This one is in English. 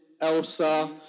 Elsa